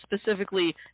specifically